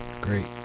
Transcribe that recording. Great